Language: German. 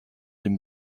dem